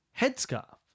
headscarf